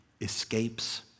escapes